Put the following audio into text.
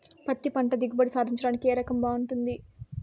పత్తి పంట దిగుబడి సాధించడానికి ఏ రకం బాగుంటుంది?